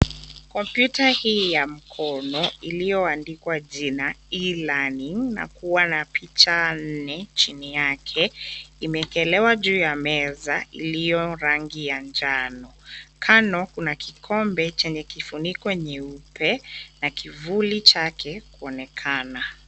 Kompyuta hii ya mkono iliyoandikwa jina E-learning na kua na picha nne chini yake, imeekelewa juu ya meza, iliyo rangi ya njano. Kando kuna kikombe chenye kifuniko nyeupe, na kivuli chake kuonekana.